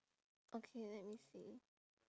okay let me see